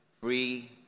free